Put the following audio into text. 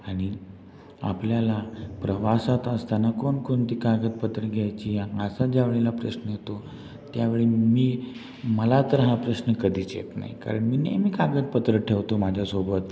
आणि आपल्याला प्रवासात असताना कोणकोणती कागदपत्र घ्यायची याचा ज्या वेळेला प्रश्न येतो त्यावेळी मी मला तर हा प्रश्न कधीच येत नाही कारण मी नेहमी कागदपत्र ठेवतो माझ्यासोबत